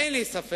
אין לי ספק